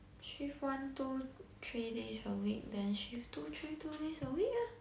shift one two three days a week then shift two three two days a week ah